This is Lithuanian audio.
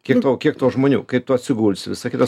kiek tų kiek tų žmonių kaip tu atsigulsi visai kita